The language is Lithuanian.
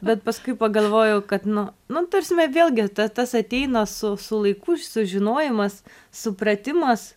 bet paskui pagalvojau kad nu nu ta prasme vėlgi ta tas ateina su su laiku sužinojimas supratimas